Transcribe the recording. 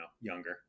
younger